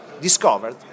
discovered